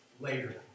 later